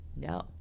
No